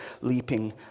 leaping